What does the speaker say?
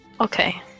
Okay